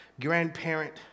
grandparent